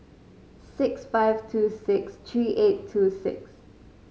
six five two six three eight two six